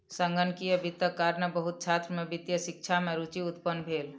संगणकीय वित्तक कारणेँ बहुत छात्र के वित्तीय शिक्षा में रूचि उत्पन्न भेल